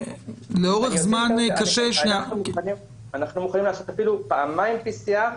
לאורך זמן קשה --- אנחנו מוכנים לעשות אפילו פעמיים PCR,